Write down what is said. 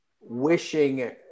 wishing